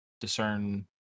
discern